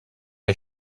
est